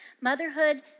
Motherhood